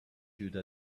you